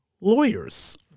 lawyers